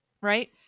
right